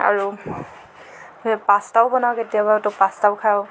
আৰু পাস্তাও বনাওঁ কেতিয়াবা পাস্তাও খাওঁ